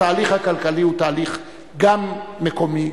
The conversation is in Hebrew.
התהליך הכלכלי הוא תהליך גם מקומי,